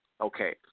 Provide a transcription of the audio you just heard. Okay